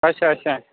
اَچھا اَچھا